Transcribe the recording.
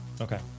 Okay